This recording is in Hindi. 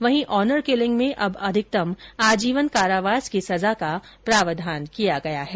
वहीं ऑनर किलिंग में अब अधिकतम आजीवन कारावास की सजा का प्रावधान किया गया है